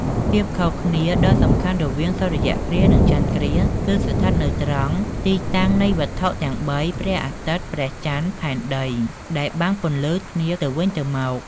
ភាពខុសគ្នាដ៏សំខាន់រវាងសូរ្យគ្រាស និងចន្ទគ្រាស គឺស្ថិតនៅត្រង់ ទីតាំងនៃវត្ថុទាំងបី ព្រះអាទិត្យ ព្រះចន្ទ ផែនដី ដែលបាំងពន្លឺគ្នាទៅវិញទៅមក ។